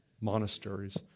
monasteries